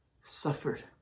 suffered